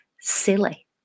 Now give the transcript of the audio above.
silly